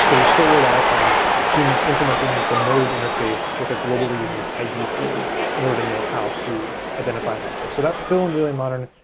so we still rely upon schemas implanting the node interface with a globally unique id field in order to know how to find identify an object. so that still in relay modern.